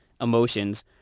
emotions